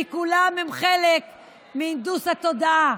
כי כולם הם חלק מהנדוס התודעה.